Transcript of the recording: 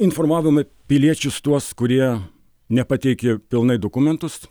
informavome piliečius tuos kurie nepateikė pilnai dokumentus